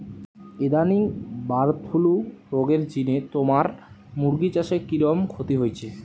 ইদানিং bird flu রগের জিনে তুমার মুরগি চাষে কিরকম ক্ষতি হইচে?